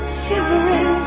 shivering